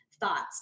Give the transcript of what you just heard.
thoughts